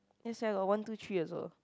yes I got one two three also